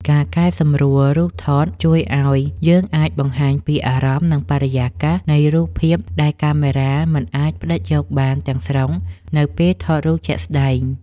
ការកែសម្រួលរូបថតជួយឱ្យយើងអាចបង្ហាញពីអារម្មណ៍ និងបរិយាកាសនៃរូបភាពដែលកាមេរ៉ាមិនអាចផ្ដិតយកបានទាំងស្រុងនៅពេលថតជាក់ស្តែង។